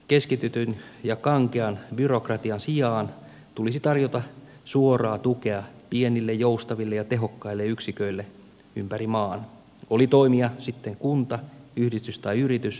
keskitetyn ja kankean byrokratian sijaan tulisi tarjota suoraa tukea pienille joustaville ja tehokkaille yksiköille ympäri maan oli toimija sitten kunta yhdistys tai yritys